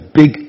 big